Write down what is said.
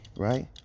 Right